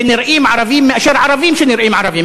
שנראים ערבים מאשר ערבים שנראים ערבים,